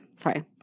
sorry